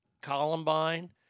Columbine